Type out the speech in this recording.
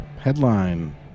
Headline